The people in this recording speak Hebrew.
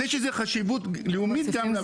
אז יש לזה חשיבות לאומית גם להפחית גזי